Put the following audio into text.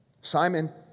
Simon